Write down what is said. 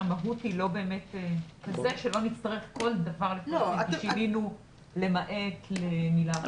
אם שינינו את המילה "למעט" למילה אחרת.